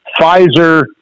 Pfizer